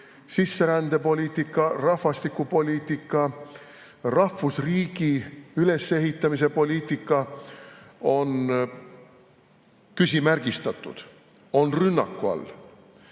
sisserändepoliitika, rahvastikupoliitika, rahvusriigi ülesehitamise poliitika on küsimärgistatud, on rünnaku all.